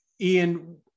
Ian